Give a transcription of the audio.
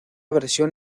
versión